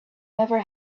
never